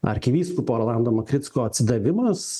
arkivyskupo rolando makricko atsidavimas